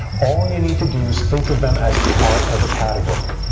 all you need to do is think of them as part of a category.